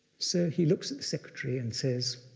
so, he looks at the secretary and says,